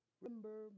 Remember